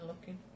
looking